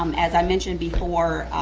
um as i mentioned before,